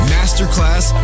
Masterclass